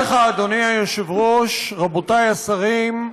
היושב-ראש, רבותי השרים,